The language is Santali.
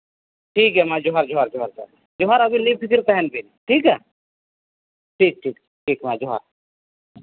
ᱴᱷᱤᱠ ᱜᱮᱭᱟ ᱢᱟ ᱡᱚᱸᱦᱟᱨ ᱡᱚᱸᱦᱟᱨ ᱡᱚᱸᱦᱟᱨ ᱛᱟᱦᱮᱱ ᱵᱤᱱ ᱴᱷᱤᱠᱟ ᱴᱷᱤᱠ ᱴᱷᱤᱠ ᱢᱟ ᱡᱚᱸᱦᱟᱨ